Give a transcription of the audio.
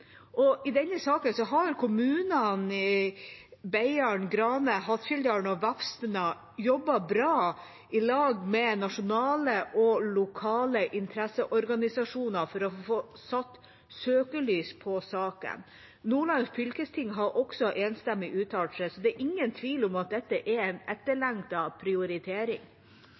med lokale og nasjonale interesseorganisasjoner for å få satt søkelys på saken. Nordland fylkesting har også enstemmig uttalt seg, så det er ingen tvil om at dette er en etterlengtet prioritering.